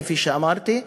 כמו שאמרתי,